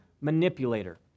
manipulator